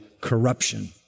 corruption